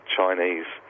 Chinese